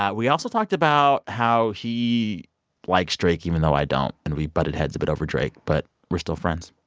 ah we also talked about how he likes drake, even though i don't. and we butted heads a bit over drake, but we're still friends.